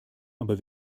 aber